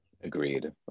Agreed